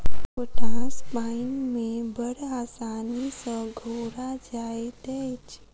potash पाइन मे बड़ आसानी सॅ घोरा जाइत अछि